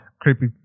Creepy